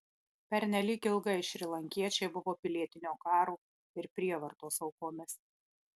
pernelyg ilgai šrilankiečiai buvo pilietinio karo ir prievartos aukomis